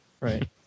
Right